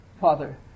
Father